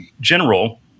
general